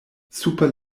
super